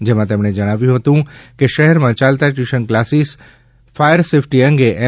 જેમાં તેમણે જણાવ્યું હતું કે શહેરમાં ચાલતા ટ્યુશન કલાસીસ ફાયર સેફટી અંગે એન